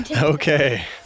Okay